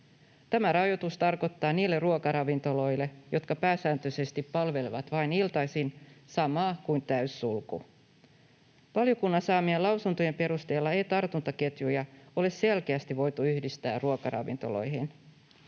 Tämä rajoitus tarkoittaa niille ruokaravintoloille, jotka pääsääntöisesti palvelevat vain iltaisin, samaa kuin täyssulku. Valiokunnan saamien lausuntojen perusteella ei tartuntaketjuja ole selkeästi voitu yhdistää ruokaravintoloihin.